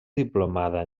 diplomada